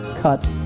cut